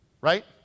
right